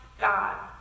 God